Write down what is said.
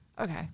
Okay